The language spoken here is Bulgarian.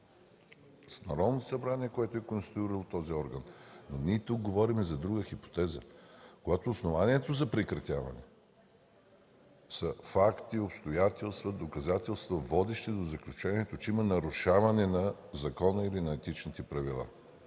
– Народното събрание е, което е конституирало този орган. Тук говорим за друга хипотеза – когато основанието за прекратяване са факти, обстоятелства, доказателства, водещи до заключението, че има нарушаване на закона или на етичните правила.